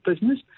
business